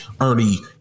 Ernie